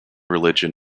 religion